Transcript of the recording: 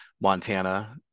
Montana